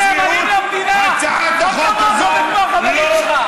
הדרוזים נאמנים למדינה, לא כמוך וכמו החברים שלך.